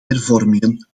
hervormingen